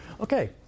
Okay